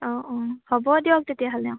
অঁ অঁ হ'ব দিয়ক তেতিয়াহ'লে অঁ